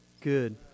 good